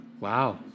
wow